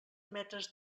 metres